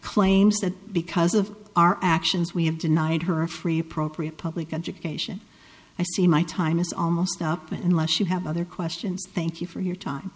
claims that because of our actions we have denied her a free appropriate public education i see my time is almost up unless you have other questions thank you for your time